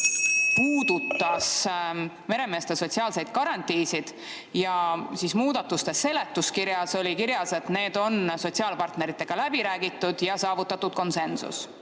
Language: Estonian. puudutas meremeeste sotsiaalseid garantiisid ja muudatuste seletuskirjas oli kirjas, et need on sotsiaalpartneritega läbi räägitud ja saavutatud konsensus.